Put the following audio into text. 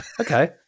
Okay